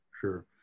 Sure